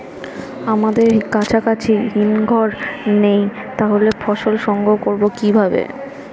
আমাদের কাছাকাছি হিমঘর নেই তাহলে ফসল সংগ্রহ করবো কিভাবে?